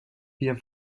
wir